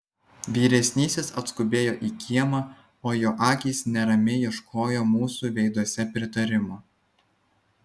vyresnysis atskubėjo į kiemą o jo akys neramiai ieškojo mūsų veiduose pritarimo